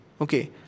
Okay